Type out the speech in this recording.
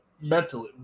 mentally